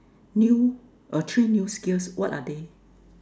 new err three new skills what are they